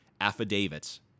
affidavits